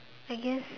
I guess